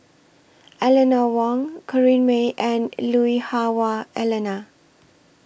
Eleanor Wong Corrinne May and Lui Hah Wah Elena